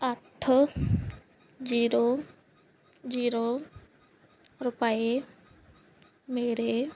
ਅੱਠ zero zero ਰੁਪਏ ਮੇਰੇ